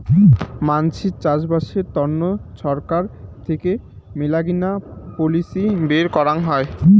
মানসির চাষবাসের তন্ন ছরকার থেকে মেলাগিলা পলিসি বের করাং হই